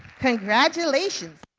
congratulations.